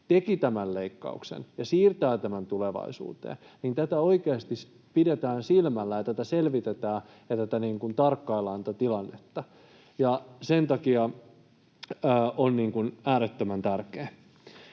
teki tämän leikkauksen ja siirtää tämän tulevaisuuteen, niin tätä oikeasti pidetään silmällä ja tätä selvitetään ja tätä tilannetta tarkkaillaan. Sen takia tämä on äärettömän tärkeä.